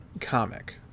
comic